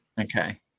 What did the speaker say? Okay